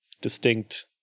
distinct